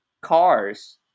cars